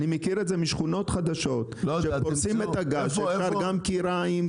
אני מכיר את זה משכונות חדשות שפורסים את הגז ואפשר גם כיריים,